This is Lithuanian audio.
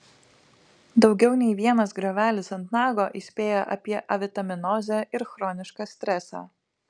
daugiau nei vienas griovelis ant nago įspėja avie avitaminozę ir chronišką stresą